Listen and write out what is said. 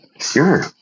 Sure